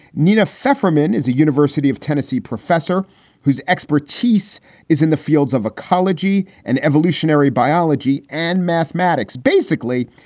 nina ferrymen is a university of tennessee professor whose expertise is in the fields of ecology and evolutionary biology and mathematics. basically,